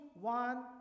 one